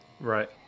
Right